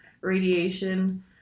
radiation